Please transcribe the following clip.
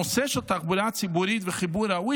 הנושא של התחבורה הציבורית וחיבור ראוי